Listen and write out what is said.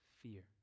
fear